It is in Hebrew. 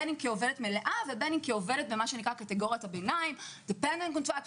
בין אם כעובדת מלאה ובין אם כעובדת בקטגוריית הביניים --- בקנדה,